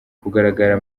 kugaragara